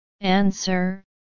Answer